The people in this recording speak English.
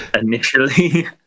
initially